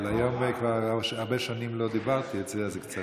אבל הרבה שנים לא דיברתי, אז זה קצת,